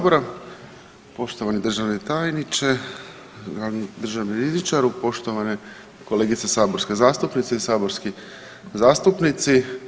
Poštovani državni tajniče, glavni državni rizničaru, poštovane kolegice saborske zastupnice i saborski zastupnici.